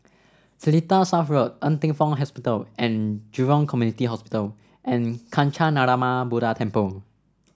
Seletar South Road Ng Teng Fong Hospital and Jurong Community Hospital and Kancanarama Buddha Temple